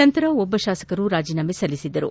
ನಂತರ ಓರ್ವ ಶಾಸಕರು ರಾಜೀನಾಮೆ ಸಲ್ಲಿಸಿದ್ದರು